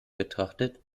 betrachtet